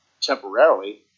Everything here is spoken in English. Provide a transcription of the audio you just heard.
temporarily